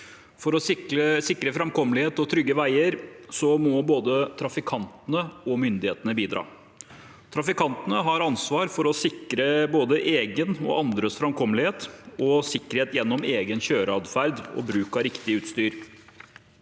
For å sikre framkommelige og trygge veier må både trafikantene og myndighetene bidra. Trafikantene har ansvar for å sikre både egen og andres framkommelighet og sikkerhet gjennom egen kjøreadferd og bruk av riktig utstyr.